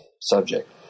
subject